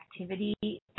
activity